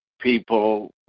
people